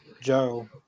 Joe